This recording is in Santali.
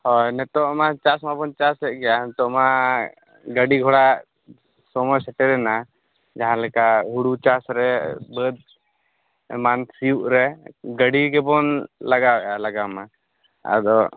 ᱦᱳᱭ ᱱᱤᱛᱚᱜ ᱢᱟ ᱪᱟᱥ ᱢᱟᱵᱚᱱ ᱪᱟᱥᱮᱫ ᱜᱮᱭᱟ ᱱᱤᱛᱚᱜ ᱢᱟ ᱜᱟᱹᱰᱤ ᱜᱷᱚᱲᱟ ᱥᱚᱢᱚᱭ ᱥᱮᱴᱮᱨ ᱮᱱᱟ ᱡᱟᱦᱟᱸ ᱞᱮᱠᱟ ᱦᱩᱲᱩ ᱪᱟᱥᱨᱮ ᱵᱟᱹᱫ ᱮᱢᱟᱱ ᱥᱤᱭᱳᱜ ᱨᱮ ᱜᱟᱹᱰᱤ ᱜᱮᱵᱚᱱ ᱞᱟᱜᱟᱣᱭᱮᱫᱼᱟ ᱞᱟᱜᱟᱣ ᱢᱟ ᱟᱫᱚ